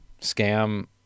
scam